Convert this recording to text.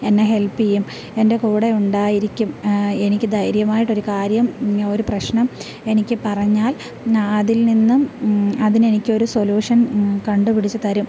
എന്നെ ഹെൽപ്പ് ചെയ്യും എൻ്റെ കൂടെയുണ്ടായിരിക്കും എനിക്ക് ധൈര്യമായിട്ട് ഒരു കാര്യം ഒരു പ്രശ്നം എനിക്ക് പറഞ്ഞാൽ അതിൽനിന്നും അതിന് എനിക്ക് ഒരു സൊല്യൂഷൻ കണ്ടുപിടിച്ച് തരും